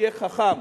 תהיה חכם.